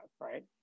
right